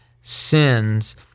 sins